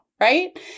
right